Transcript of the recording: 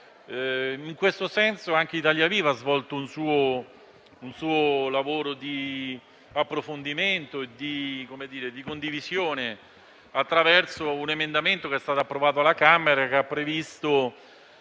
In questo senso, anche Italia Viva ha svolto un proprio lavoro di approfondimento e di condivisione, attraverso un emendamento che è stato approvato alla Camera, che ha previsto